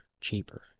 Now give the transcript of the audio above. cheaper